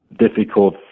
difficult